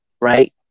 right